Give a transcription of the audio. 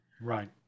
Right